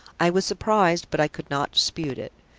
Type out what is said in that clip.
i was surprised, but i could not dispute it.